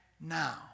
now